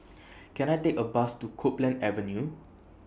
Can I Take A Bus to Copeland Avenue